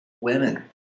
women